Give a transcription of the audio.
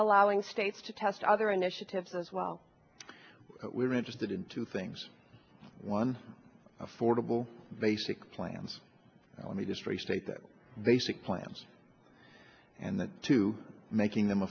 allowing states to test other initiatives as well we're interested in two things one affordable basic plans let me just restate that basic plans and to making them